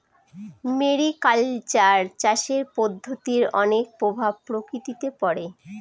mariculture চাষের পদ্ধতির অনেক প্রভাব প্রকৃতিতে পড়ে